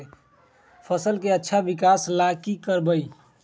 फसल के अच्छा विकास ला की करवाई?